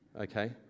Okay